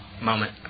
moment